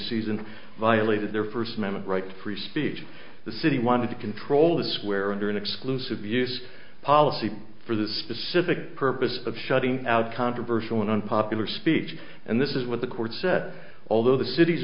season violated their first amendment right to free speech the city wanted to control the square under an exclusive use policy for the specific purpose of shutting out controversial and unpopular speech and this is what the court set although the cit